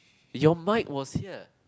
your mic was here